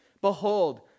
Behold